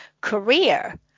career